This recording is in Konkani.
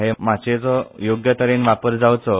हे माचयेचो योग्य तरेन वापर जावचो